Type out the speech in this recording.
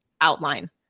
outline